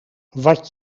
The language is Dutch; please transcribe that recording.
wat